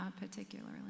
particularly